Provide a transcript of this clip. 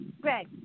Greg